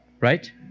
right